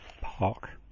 Park